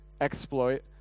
exploit